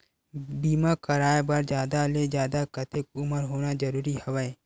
बीमा कराय बर जादा ले जादा कतेक उमर होना जरूरी हवय?